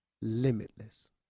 limitless